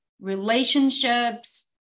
relationships